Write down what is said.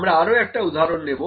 আমরা আরও একটা উদাহরণ নেব